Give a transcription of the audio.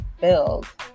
build